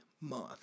month